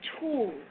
tools